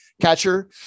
catcher